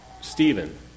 Stephen